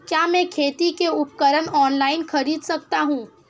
क्या मैं खेती के उपकरण ऑनलाइन खरीद सकता हूँ?